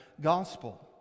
gospel